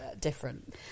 different